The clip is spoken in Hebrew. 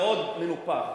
יש שם מבנה מאוד מנופח.